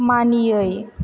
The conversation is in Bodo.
मानियै